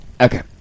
Okay